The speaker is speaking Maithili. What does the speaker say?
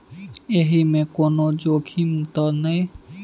एहि मे कोनो जोखिम त नय?